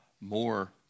more